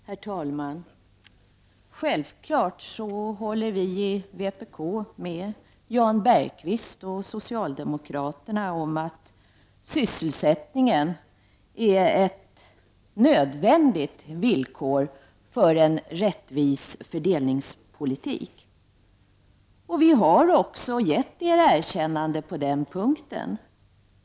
Herr talman! Självfallet håller vi i vpk med Jan Bergqvist och socialdemokraterna om att sysselsättningen är ett nödvändigt villkor för en rättvis fördelningspolitik. Vi har också gett er erkännande på den punkten.